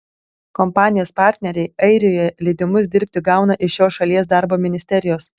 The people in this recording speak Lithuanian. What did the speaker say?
kompanijos partneriai airijoje leidimus dirbti gauna iš šios šalies darbo ministerijos